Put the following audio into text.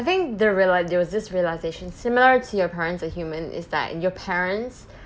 I think the real~ there was this realisation similar to your parents are human is that your parents